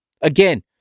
Again